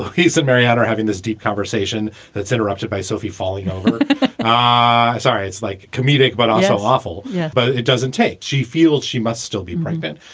isn't very hot or having this deep conversation that's interrupted by sophie folino ah sorry. it's like comedic, but also awful yeah but it doesn't take. she feels she must still be pregnant.